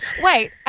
Wait